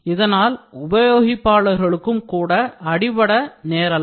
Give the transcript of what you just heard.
இதனால் உபயோகிப்பாளர்களுக்கும் கூட அடிபட நேரலாம்